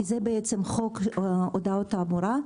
כי זה חוק הודעות תעבורה,